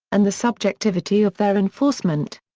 and the subjectivity of their enforcement.